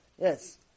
Yes